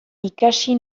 ikasi